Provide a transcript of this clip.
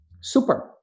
Super